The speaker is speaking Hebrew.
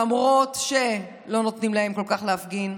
למרות שלא נותנים להם כל כך להפגין,